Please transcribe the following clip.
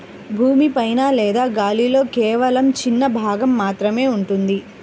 భూమి పైన లేదా గాలిలో కేవలం చిన్న భాగం మాత్రమే ఉంటుంది